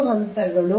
3 ಹಂತಗಳು a b c